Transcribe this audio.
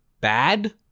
Bad